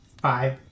five